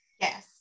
Yes